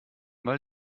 weil